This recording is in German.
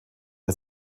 der